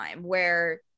where-